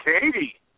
Katie